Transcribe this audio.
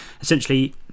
essentially